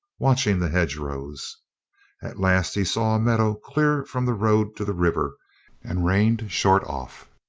watching the hedge-rows. at last he saw a meadow clear from the road to the river and reined short off.